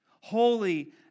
holy